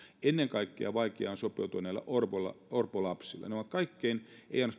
ennen kaikkea vaikeuksia on sopeutua näillä orpolapsilla he eivät ainoastaan ole kaikkein